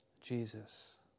Jesus